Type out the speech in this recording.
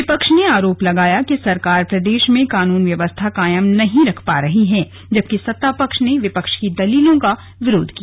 विपक्ष ने आरोप लगाया कि सरकार प्रदेश में कानून व्यवस्था कायम नहीं रख पा रही है जबकि सत्ता पक्ष ने विपक्ष की दलीलों का विरोध किया